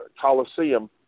Coliseum